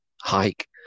hike